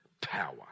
power